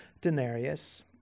denarius